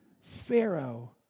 Pharaoh